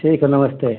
ठीक है नमस्ते